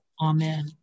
Amen